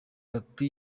pappy